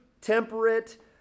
temperate